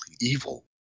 evil